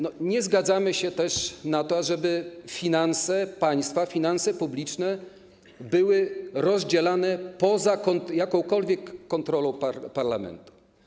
Nie zgadzamy się też na to, ażeby finanse państwa, finanse publiczne były rozdzielane poza jakąkolwiek kontrolą parlamentu.